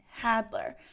hadler